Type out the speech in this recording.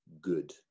good